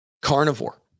Carnivore